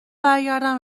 برگردم